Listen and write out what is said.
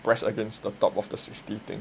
press against the top of the safety thing